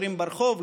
שוטרים ברחוב,